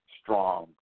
strong